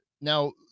now